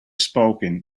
spoken